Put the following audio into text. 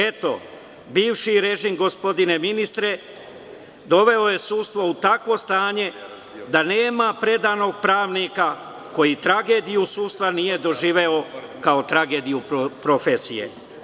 Eto, bivši režim, gospodine ministre, doveo je sudstvo u takvo stanje da nema predanog pravnika koji tragediju sudstva nije doživeo kao tragediju profesije.